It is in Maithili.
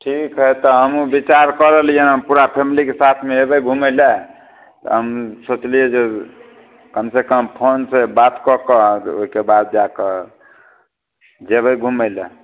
ठीक है तऽ हमहूँ बिचार कऽ रहलियै हँ पूरा फैमलीके साथमे अयबै घुमैलए तऽ हम सोचलियै जे कम से कम फोन से बात कऽ कऽ ओहिके बाद जाकऽ जेबै घुमैलए